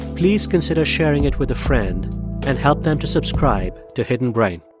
please consider sharing it with a friend and help them to subscribe to hidden brain.